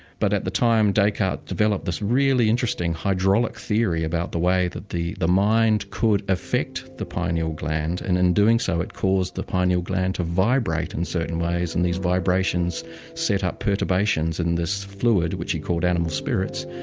but at the time descartes developed this really interesting hydraulic theory about the way that the the mind could affect the pineal gland and in doing so it caused the pineal gland to vibrate in certain ways, and these vibrations set up perturbations in this fluid which he called animal spirits.